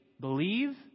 believe